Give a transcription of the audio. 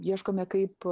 ieškome kaip